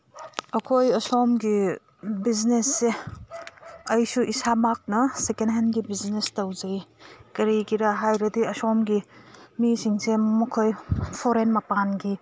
ꯑꯩꯈꯣꯏ ꯑꯁꯣꯝꯒꯤ ꯕꯤꯖꯤꯅꯦꯁꯁꯦ ꯑꯩꯁꯨ ꯏꯁꯥꯃꯛꯅ ꯁꯦꯀꯦꯟꯍꯦꯟꯒꯤ ꯕꯤꯖꯤꯅꯦꯁ ꯇꯧꯖꯩ ꯀꯔꯤꯒꯤꯔ ꯍꯥꯏꯔꯗꯤ ꯑꯁꯣꯝꯒꯤ ꯃꯤꯁꯤꯡꯁꯦ ꯃꯈꯣꯏ ꯐꯣꯔꯦꯟ ꯃꯄꯥꯟꯒꯤ